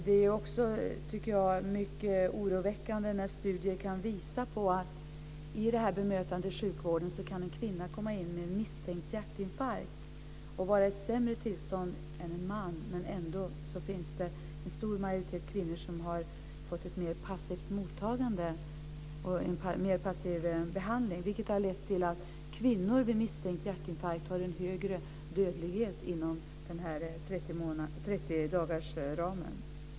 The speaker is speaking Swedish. Det är mycket oroväckande när studier kan visa på när det gäller bemötande i sjukvården, att en kvinna kan komma in med en misstänkt hjärtinfarkt, vara i ett sämre tillstånd än en man, men ändå få ett mer passivt mottagande och en mer passiv behandling. Det har lett till att kvinnor vid misstänkt hjärtinfarkt har en högre dödlighet inom 30-dagarsramen.